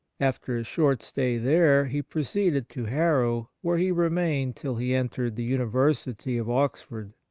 after a short stay there, he proceeded to harrow, where he remained till he entered the university of oxford.